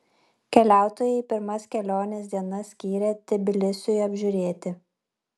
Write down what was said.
keliautojai pirmas kelionės dienas skyrė tbilisiui apžiūrėti